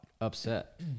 Upset